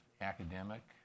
academic